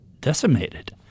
decimated